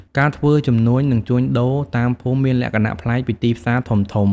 ការធ្វើជំនួញនិងជួញដូរតាមភូមិមានលក្ខណៈប្លែកពីទីផ្សារធំៗ។